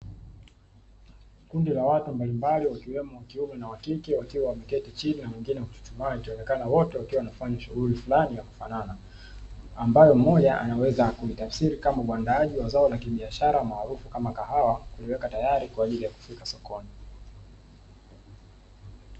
Kundi la watu mbalimbali wakiwemo wakiume na wa kike wakiwa wameketi chini na wengne wamesimama, wakionekana wote wanafanya shughuli fulani ya kufanana ambayo mmoja anaweza akaitafsiri kama uandaaji wa zao la kibihashara maarufu kama kahawa kuliweka tayari kwa ajili ya kulipeleka sokoni.